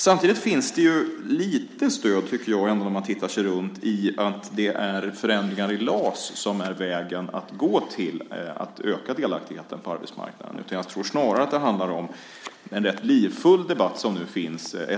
Samtidigt finns det, när man tittar runt, lite stöd för att det är förändringar i LAS som är vägen att gå för att öka delaktigheten på arbetsmarknaden. Jag tror snarare att det handlar om den rätt livfulla debatt som nu förs.